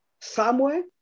Samuel